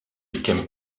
became